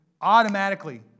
automatically